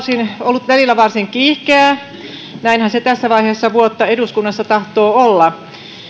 on ollut välillä varsin kiihkeää näinhän se tässä vaiheessa vuotta eduskunnassa tahtoo olla